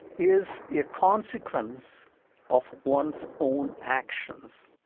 is a consequence of one's own actions.